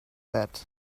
that